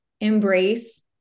embrace